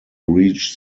reach